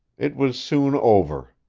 it was soon over.